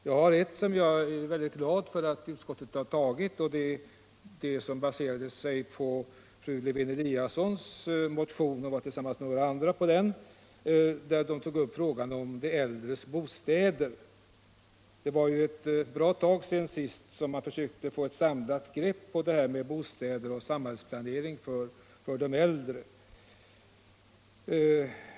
För min del är jag särskilt glad över att utskottet har positivt behandlat den fråga som aktualiserats i en motion av fru Lewén-Eliasson m.fl., nämligen de äldres bostäder. Det var ju ett bra tag sedan man senast försökte få ett samlat grepp om bostäder och samhällsplanering för de äldre.